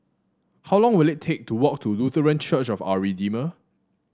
how long will it take to walk to Lutheran Church of Our Redeemer